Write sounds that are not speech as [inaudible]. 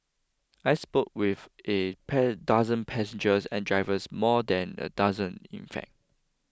I spoke with a [unintelligible] dozen passengers and drivers more than a dozen in fact